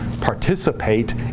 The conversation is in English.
participate